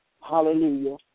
hallelujah